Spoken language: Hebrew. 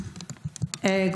בבקשה.